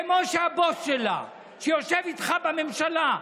כמו שהבוס שלה, שיושב איתך בממשלה,